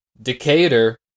Decatur